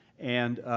and